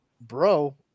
bro